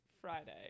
Friday